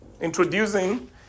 introducing